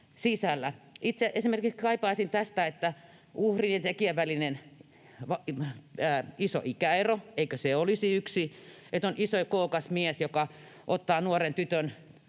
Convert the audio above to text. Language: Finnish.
Itse esimerkiksi kaipaisin sitä, että eikö uhrin ja tekijän välinen iso ikäero olisi yksi: että jos on iso ja kookas mies, joka ottaa nuoren tytön